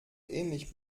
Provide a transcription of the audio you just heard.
ähnlich